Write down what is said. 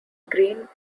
green